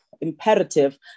imperative